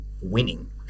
winning